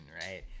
right